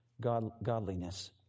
godliness